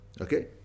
okay